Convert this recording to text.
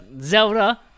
Zelda